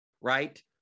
right